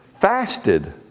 fasted